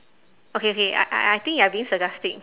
okay okay I I I think you are being sarcastic